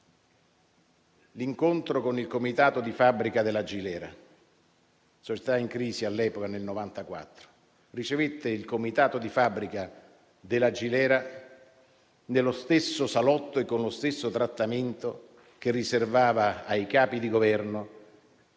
l'incontro con il comitato di fabbrica della Gilera, società in crisi all'epoca, nel 1994. Ricevette il comitato di fabbrica della Gilera nello stesso salotto e con lo stesso trattamento che riservava ai Capi di Governo,